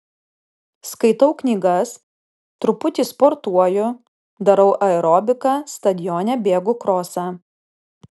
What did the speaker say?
skaitau knygas truputį sportuoju darau aerobiką stadione bėgu krosą